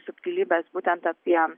subtilybes būtent apie